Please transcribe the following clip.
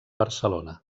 barcelona